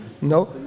no